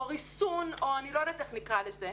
או ריסון או אני לא יודעת איך נקרא לזה,